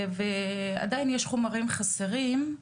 ועדיין יש חומרים חסרים.